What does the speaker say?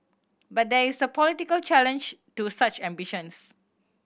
but there is a political challenge to such ambitions